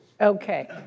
Okay